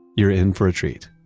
you're in for a treat